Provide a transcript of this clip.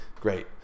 Great